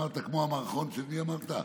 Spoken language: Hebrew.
אמרת כמו המערכון, של מי אמרת?